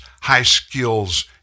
high-skills